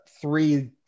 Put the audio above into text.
three